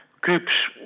groups